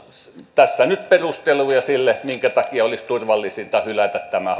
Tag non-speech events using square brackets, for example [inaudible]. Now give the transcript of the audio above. tässä nyt perusteluja sille minkä takia olisi turvallisinta hylätä tämä [unintelligible]